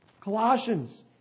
Colossians